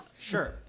Sure